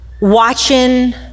watching